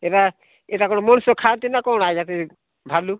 ଏଇଟା ଏଇଟା କ'ଣ ମଣିଷ ଖାଆନ୍ତି ନା କ'ଣ ଆଜ୍ଞା ସେ ଭାଲୁ